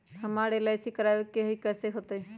हमरा एल.आई.सी करवावे के हई कैसे होतई?